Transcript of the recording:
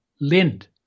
Lind